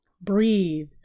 Breathe